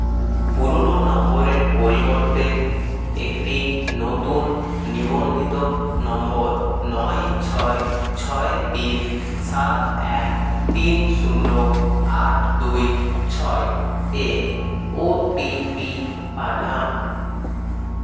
পুরোনো নম্বরের পরিবর্তে একটি নতুন নিবন্ধিত নম্বর নয় ছয় ছয় তিন সাত এক তিন শূন্য আট দুই ছয় এ ও টি পি পাঠান